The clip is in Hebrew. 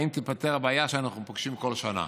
והאם תיפתר הבעיה שאנחנו פוגשים כל שנה?